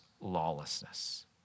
lawlessness